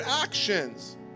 actions